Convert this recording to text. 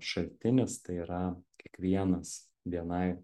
šaltinis tai yra kiekvienas bni